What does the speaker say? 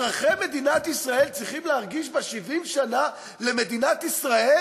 אזרחי מדינת ישראל צריכים להרגיש ב-70 שנה למדינת ישראל